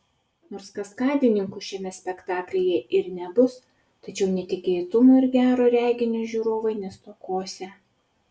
nors kaskadininkų šiame spektaklyje ir nebus tačiau netikėtumų ir gero reginio žiūrovai nestokosią